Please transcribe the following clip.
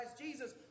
Jesus